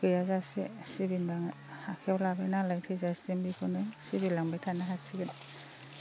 गैयाजासे सिबिनानै आखाइयाव लाबाय नालाय थैजासिम बेखौनो सिबिलांबाय थानो हासिगोन